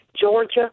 Georgia